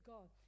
God